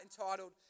entitled